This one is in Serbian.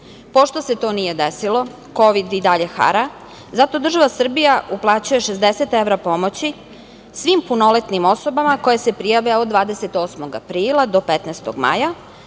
Pošto se to nije desilo, kovid i dalje hara, zato država Srbija uplaćuje 60 evra pomoći svim punoletnim osobama koje se prijave od 28. aprila do 15. maja,